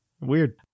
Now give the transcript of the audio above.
weird